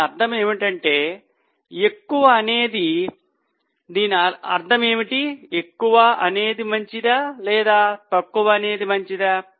దీని అర్థం ఏమిటి ఎక్కువ అనేది మంచిదా లేదా తక్కువ అనేది మంచిదా